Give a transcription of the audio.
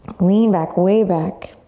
lean back, way back.